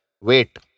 Wait